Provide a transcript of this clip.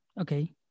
Okay